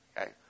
Okay